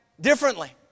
differently